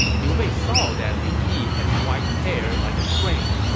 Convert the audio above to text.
liu bei saw that li yi had white hair like a crane,